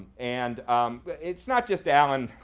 and it's not just alan.